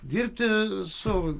dirbti su